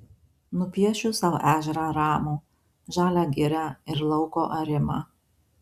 nupiešiu sau ežerą ramų žalią girią ir lauko arimą